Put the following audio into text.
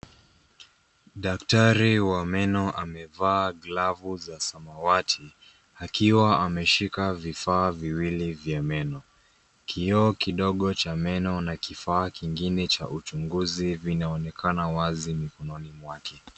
Daktari wa meno amevaa glavu za samawati akiwa ameshika vifaa viwili cha meno. Kioo kidogo cha meno na kifaa kingine cha uchunguzi vinaonekana wazi mikononi mwake.